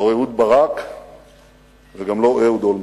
לא אהוד ברק וגם לא אהוד אולמרט.